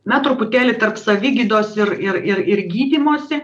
na truputėlį tarp savigydos ir ir ir ir gydymosi